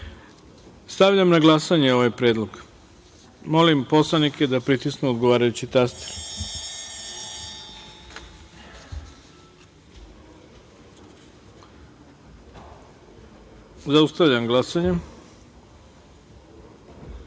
godine. Stavljam na glasanje ovaj predlog. Molim narodne poslanike da pritisnu odgovarajući taster. Zaustavljam glasanje: